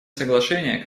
соглашение